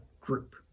group